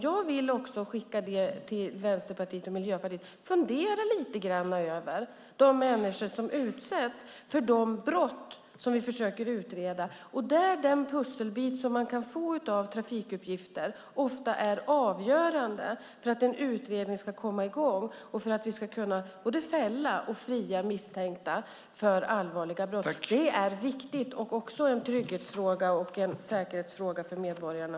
Jag vill skicka med till Vänsterpartiet och Miljöpartiet: Fundera lite över de människor som utsätts för de brott som vi försöker utreda! Där är den pusselbit som man kan få av trafikuppgifter ofta avgörande för att en utredning ska komma i gång och för att vi ska kunna både fälla och fria misstänkta för allvarliga brott. Det är viktigt och en trygghetsfråga och säkerhetsfråga för medborgarna.